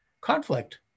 conflict